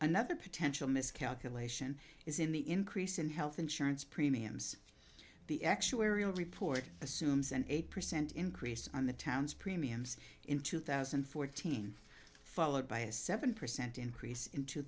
another potential miscalculation is in the increase in health insurance premiums the actuarial report assumes an eight percent increase on the town's premiums in two thousand and fourteen followed by a seven percent increase in two